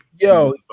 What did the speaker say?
yo